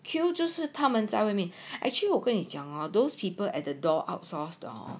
queue 就是他们在外面 actually 我跟你讲啊 those people at the door outsource 的哦